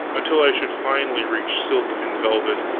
until i should finally reach silk and velvet,